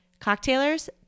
Cocktailers